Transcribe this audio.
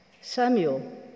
Samuel